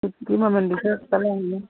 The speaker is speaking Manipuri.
ꯇꯤꯛꯇꯤ ꯑꯗꯨ ꯃꯃꯜꯗꯨ ꯈꯔ ꯀꯜꯂꯛꯑꯅꯤ